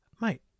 Mate